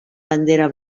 bandera